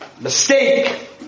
mistake